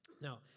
Now